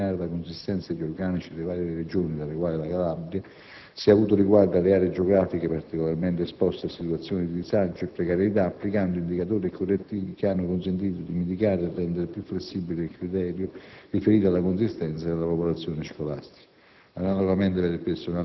ciò in quanto, nel determinare la consistenza degli organici delle varie Regioni - tra le quali la Calabria - si è avuto riguardo alle aree geografiche particolarmente esposte a situazioni di disagio e di precarietà applicando indicatori e correttivi che hanno consentito di mitigare e rendere più flessibile il criterio riferito alla consistenza della popolazione scolastica.